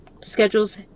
schedules